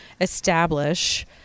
establish